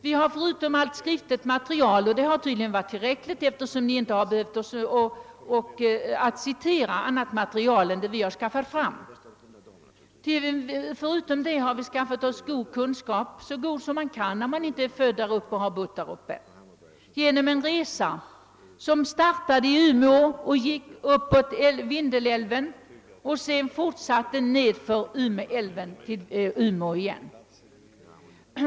Vi har förutom allt skriftligt material — vilket tydligen har varit tillräckligt, eftersom man inte har citerat annat material, än det vi har fått fram — skaffat oss så god kunskap, som det är möjligt att få, när man inte är född där uppe eller har bott där. Vi startade en resa i Umeå uppåt Vindelälven och fortsatte nedför Umeälven tillbaka till Umeå.